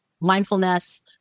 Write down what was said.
Mindfulness